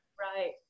Right